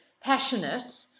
passionate